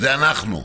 זה אנחנו.